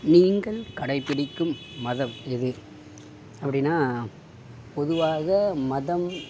நீங்கள் கடைப்பிடிக்கும் மதம் எது அப்படினா பொதுவாக மதம்